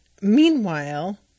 Meanwhile